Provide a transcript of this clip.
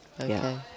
Okay